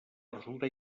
resultar